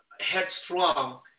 headstrong